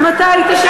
גם אני הייתי.